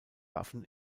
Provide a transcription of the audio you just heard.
waffen